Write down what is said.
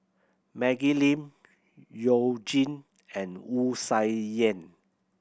Maggie Lim You Jin and Wu Sai Yen